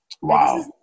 Wow